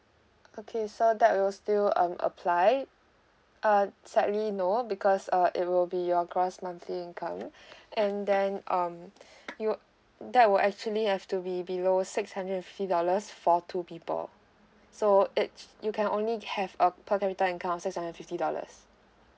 okay so that will still um applied err sadly no because err it will be your gross monthly income and then um you that will actually have to be below six hundred and fifty dollars for two people so it you can only have a per capita incomes of six hundred and fifty dollars